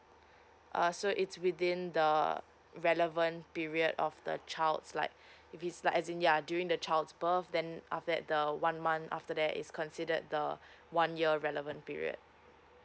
uh so it's within the relevant period of the child's like if it's like as in ya during the child's birth then after that the one month after that it's considered the one year relevant period